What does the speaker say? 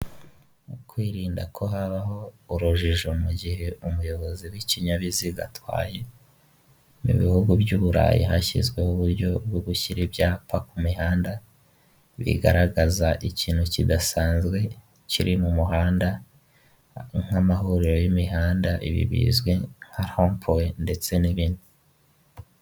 Mukwirinda ko habaho urujijo mu gihe umuyobozi w'ikinyabiziga atwaye mu bihugu by'uburayi hashyizweho uburyo bwo gushyira ibyapa ku mihanda bigaragaza ikintu kidasanzwe kiri mu muhanda nk'amahuriro y'imihanda ibi bizwi nka hompowe ndetse n'ibindi.